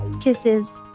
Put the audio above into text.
kisses